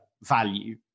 value